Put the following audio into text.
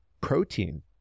protein